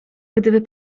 gdyby